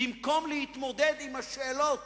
במקום להתמודד עם השאלות